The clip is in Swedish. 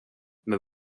men